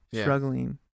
struggling